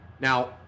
Now